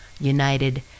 united